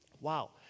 Wow